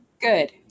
Good